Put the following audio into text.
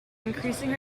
increasing